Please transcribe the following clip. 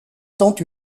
étant